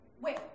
Wait